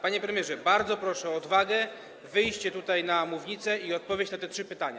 Panie premierze, bardzo proszę o odwagę, wyjście tutaj na mównicę i odpowiedź na te trzy pytania.